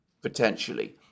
potentially